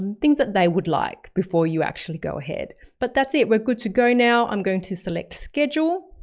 um things that they would like before you actually go ahead but that's it. we're good to go. now i'm going to select, schedule.